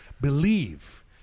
believe